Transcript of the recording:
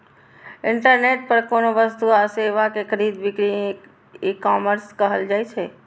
internet पर कोनो वस्तु आ सेवा के खरीद बिक्री ईकॉमर्स कहल जाइ छै